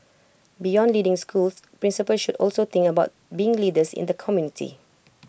beyond leading schools principals should also think about being leaders in the community